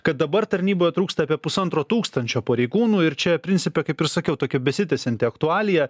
kad dabar tarnyboj trūksta apie pusantro tūkstančio pareigūnų ir čia principe kaip ir sakiau tokia besitęsianti aktualija